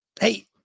hey